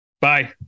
Bye